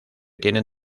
tienen